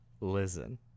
listen